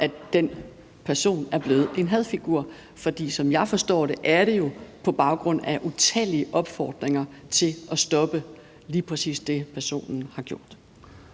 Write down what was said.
at den person er blevet en hadfigur? For som jeg forstår det, er det jo på baggrund af utallige opfordringer til at stoppe lige præcis det, personen har gjort.